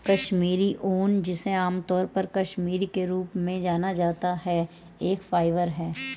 कश्मीरी ऊन, जिसे आमतौर पर कश्मीरी के रूप में जाना जाता है, एक फाइबर है